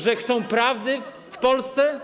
Że chcą prawdy w Polsce?